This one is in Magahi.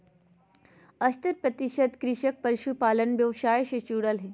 सत्तर प्रतिशत कृषक पशुपालन व्यवसाय से जुरल हइ